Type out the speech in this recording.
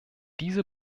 diese